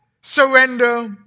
surrender